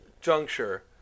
juncture